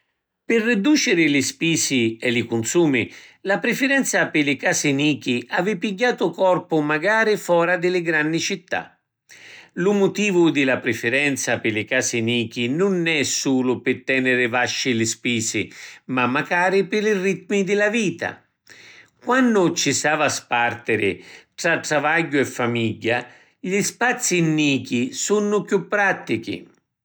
Pi ridduciri li spisi e li cunsumi, la prifirenza pi li casi nichi havi pigghiatu corpu macari fora di li granni città. Lu mutivu di la prifirenza pi li casi nichi nun è sulu pi teniri vasci li spisi, ma macari pi li rittimi di la vita. Quannu ci s’avi a spartiri tra trravagghiu e famigghia, li spazi nichi sunnu chiù prattichi.